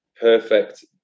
perfect